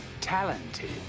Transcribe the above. Talented